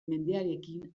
mendearekin